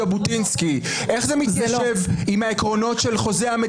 שלישי של חנוכה,